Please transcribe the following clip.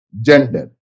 gender